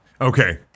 Okay